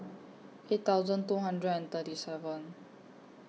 eight thousand two hundred and thirty seven